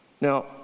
now